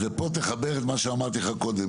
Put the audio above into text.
אז פה תחבר את מה שאמרתי לך קודם.